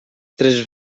tres